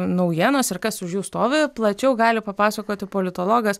naujienos ir kas už jų stovi plačiau gali papasakoti politologas